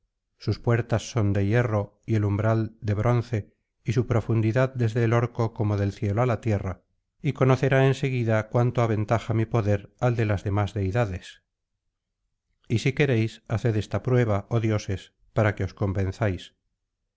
sus puertas son de hierro y el umbral de bronce y su profundidad desde el orco como del cielo ala tierra y conocerá en seguida cuánto aventaja mi poder al de las demás deidades y si queréis haced esta pryeba oh dioses para que os